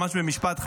ממש במשפט,